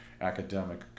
academic